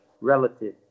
relative